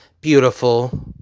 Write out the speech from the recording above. beautiful